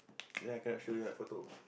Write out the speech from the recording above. then I cannot show you that photo